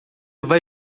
vai